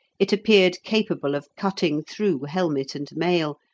it appeared capable of cutting through helmet and mail,